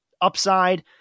upside